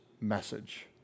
message